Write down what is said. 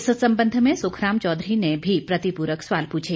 इस संबंध में सुखराम चौधरी ने भी प्रतिपूरक सवाल पूछे